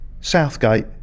Southgate